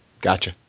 Gotcha